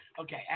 Okay